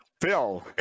Phil